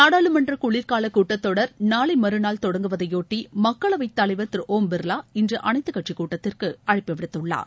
நாடாளுமன்ற குளிர்காலக் கூட்டத்தொடர் நாளை மறுநாள் தொடங்குவதையொட்டி மக்களவைத் தலைவர் திரு ஓம் பிர்லா இன்று அனைத்துக்கட்சிக் கூட்டத்திற்கு அழைப்பு விடுத்துள்ளார்